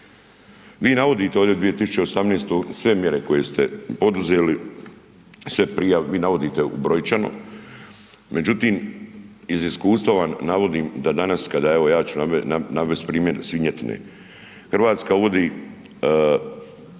Vi navodite ovdje 2018. sve mjere koje ste poduzeli, sve prijave, vi navodite brojčano, međutim iz iskustva vam navodim da danas kada evo ja ću vam navesti primjer svinjetine. Hrvatska uvodi